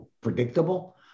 predictable